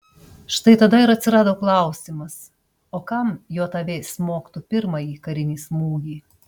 štai tada ir atsirado klausimas o kam jav smogtų pirmąjį karinį smūgį